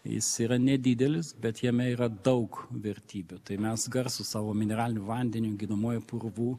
jis yra nedidelis bet jame yra daug vertybių tai mes garsūs savo mineraliniu vandeniu gydomuoju purvu